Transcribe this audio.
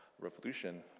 revolution